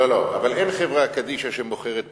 לא, לא, אבל אין חברה קדישא שמוכרת פרחים.